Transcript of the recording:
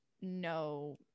no